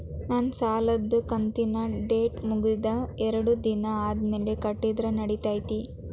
ನನ್ನ ಸಾಲದು ಕಂತಿನ ಡೇಟ್ ಮುಗಿದ ಎರಡು ದಿನ ಆದ್ಮೇಲೆ ಕಟ್ಟಿದರ ನಡಿತೈತಿ?